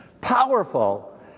Powerful